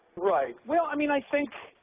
right. well, i mean i think